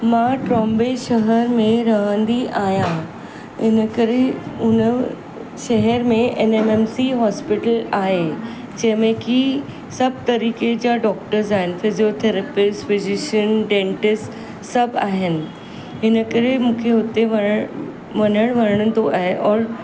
मां ट्रॉम्बे शहर में रहंदी आहियां इन करे उन शहर में N N M C hospital आहे जंहिंमें की सभु तरीक़े जा डॉक्टर्स आहिनि फिज़ियोथेरेपिस्ट फिज़िशियन डेंटिस्ट सभु आहिनि इन करे मूंखे हुते वञण वञण वणंदो आहे और